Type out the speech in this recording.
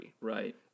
Right